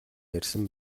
ярьсан